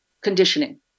conditioning